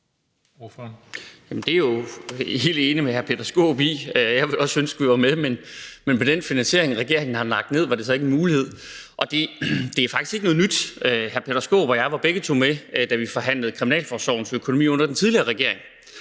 er jeg jo helt enig med hr. Peter Skaarup i. Jeg ville også ønske, at vi var med, men med den finansiering, regeringen har lagt ned over det, var det så ikke en mulighed. Og det er faktisk ikke noget nyt. Hr. Peter Skaarup og jeg var begge to med, da vi forhandlede kriminalforsorgens økonomi under en tidligere regering,